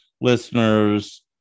listeners